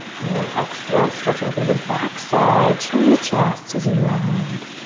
and then exhale, stretching through the backside, chin to chest as you round.